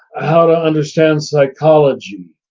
how to understand psychology.